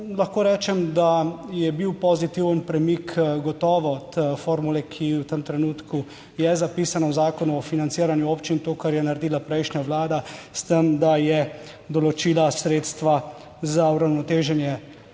lahko rečem, da je bil pozitiven premik gotovo od formule, ki v tem trenutku je zapisana v Zakonu o financiranju občin, to, kar je naredila prejšnja vlada s tem, da je določila sredstva za uravnoteženje